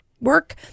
work